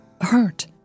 hurt